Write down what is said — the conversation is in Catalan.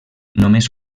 només